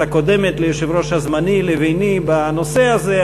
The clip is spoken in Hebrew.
הקודמת ליושב-ראש הזמני לביני בנושא הזה,